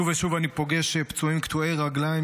שוב ושוב אני פוגש פצועים קטועי רגליים,